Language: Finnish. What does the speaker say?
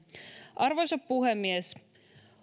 arvoisa puhemies